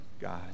God